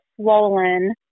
swollen